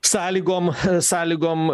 sąlygom sąlygom